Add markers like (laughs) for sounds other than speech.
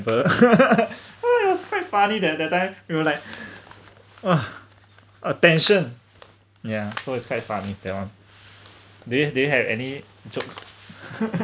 (laughs) it was quite funny tha~ that time you were like uh attention ya so it's quite funny that one do you do you have any jokes